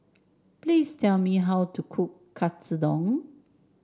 please tell me how to cook Katsudon